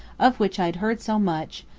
of which i had heard so much,